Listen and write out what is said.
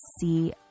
see